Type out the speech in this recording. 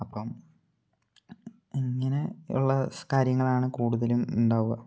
അപ്പം ഇങ്ങനെയുള്ള കാര്യങ്ങളാണ് കൂടുതലുമുണ്ടാകുക